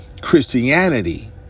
Christianity